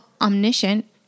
omniscient